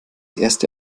erste